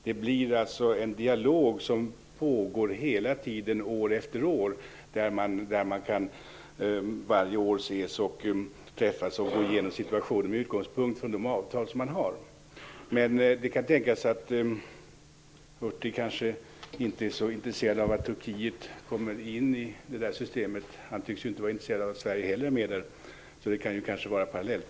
Det blir en dialog som pågår hela tiden, år efter år, där man varje år kan träffas och gå igenom situationen med utgångspunkt i de avtal man har. Men det kan tänkas att Hurtig inte är så intresserad av att Turkiet kommer in i det systemet. Han tycks ju inte vara intresserad av att Sverige heller är med där, så det kan kanske vara parallellt.